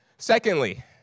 Secondly